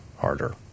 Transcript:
harder